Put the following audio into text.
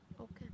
Okay